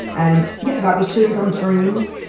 and yeah, that was chewing gum dreams.